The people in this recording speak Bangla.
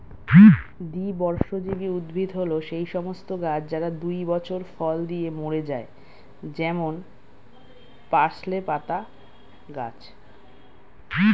দ্বিবর্ষজীবী উদ্ভিদ হল সেই সমস্ত গাছ যারা দুই বছর ফল দিয়ে মরে যায় যেমন পার্সলে পাতার গাছ